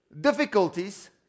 difficulties